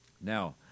Now